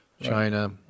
China